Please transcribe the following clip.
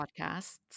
podcasts